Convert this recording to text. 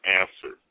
answer